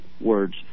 words